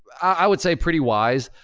i would say, pretty wise.